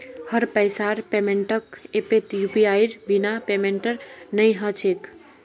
हर पैसार पेमेंटक ऐपत यूपीआईर बिना पेमेंटेर नइ ह छेक